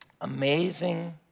Amazing